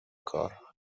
کار